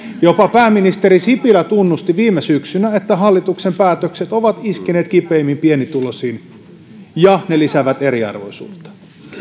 jopa pääministeri sipilä tunnusti viime syksynä että hallituksen päätökset ovat iskeneet kipeimmin pienituloisiin ja ne lisäävät eriarvoisuutta